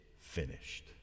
finished